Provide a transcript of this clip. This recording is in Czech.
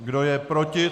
Kdo je proti?